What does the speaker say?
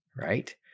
right